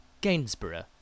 Gainsborough